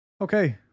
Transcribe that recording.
okay